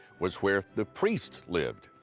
was where the priests lived.